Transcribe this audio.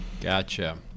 Gotcha